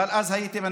אבל אז הייתם,